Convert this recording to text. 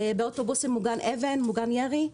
באוטובוס מוגן אבן ומוגן ירי.